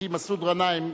כי מסעוד גנאים,